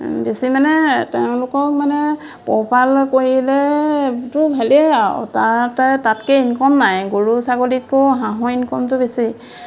বেছি মানে তেওঁলোকক মানে পোহপাল কৰিলেতো ভালেই আও তাতে তাতকে ইনকম নাই গৰু ছাগলীতকৈ হাঁহৰ ইনকমটো বেছি